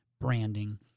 branding